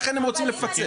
לכן הם רוצים לפצל.